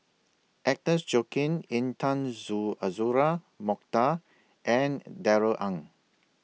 Agnes Joaquim Intan Zoo Azura Mokhtar and Darrell Ang